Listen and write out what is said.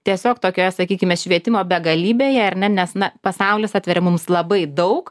tiesiog tokioje sakykime švietimo begalybėje ar ne nes na pasaulis atveria mums labai daug